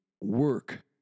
Work